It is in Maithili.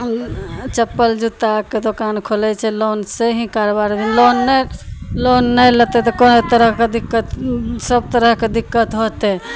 आओर उँ चप्पल जुत्ताके दोकान खोलय छै लोनसँ ही कारोबार भेल लोन नहि लोन नहि लेतय तऽ कोइ तरहके दिक्कत सब तरहके दिक्कत होतय